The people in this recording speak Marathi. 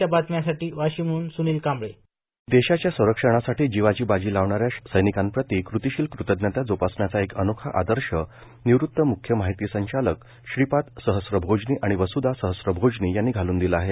ध्वजनिधी देशाच्या संरक्षणासाठी जीवाची बाजी लावणाऱ्या सैनिकांप्रती कतीशील कतज्ञता जोपासण्याचा एक अनोखा आदर्श निवृत्त मुख्य माहिती संचालक श्रीपाद सहस्त्रभोजनी आणि वसुधा सहस्त्रभोजनी यांनी घालून दिला आहे